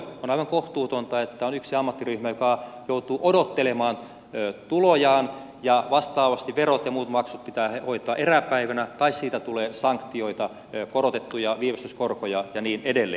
on aivan kohtuutonta että on yksi ammattiryhmä joka joutuu odottelemaan tulojaan ja vastaavasti verot ja muut maksut pitää hoitaa eräpäivänä tai siitä tulee sanktioita korotettuja viivästyskorkoja ja niin edelleen